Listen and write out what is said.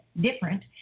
different